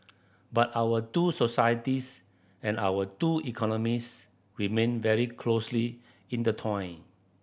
but our two societies and our two economies remained very closely intertwined